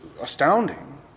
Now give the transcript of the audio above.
astounding